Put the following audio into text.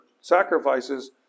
sacrifices